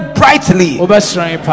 brightly